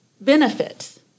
benefits